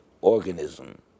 organism